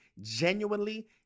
genuinely